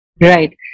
Right